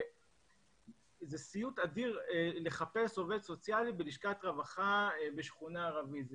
זה סיוט אדיר לחפש עובד סוציאלי בלשכת רווחה בשכונה ערבית.